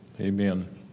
Amen